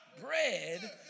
bread